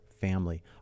family